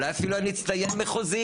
אולי אפילו אני אצטיין מחוזית.